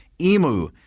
Emu